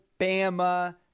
Bama